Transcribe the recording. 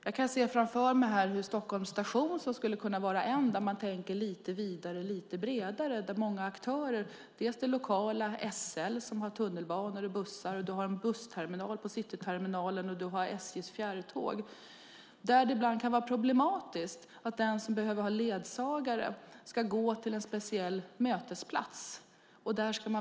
Jag kan se framför mig hur Stockholms station skulle kunna vara en station där man tänker lite vidare och lite bredare. Där finns det många aktörer, till exempel det lokala SL som har tunnelbanor och bussar, en bussterminal på Cityterminalen och SJ:s fjärrtåg. Där kan det ibland vara problematiskt för den som behöver ha ledsagare att gå till en speciell mötesplats.